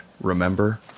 remember